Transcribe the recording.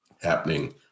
happening